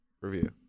review